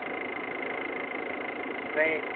अ अ ओमफ्राय